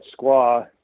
Squaw